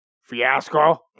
Fiasco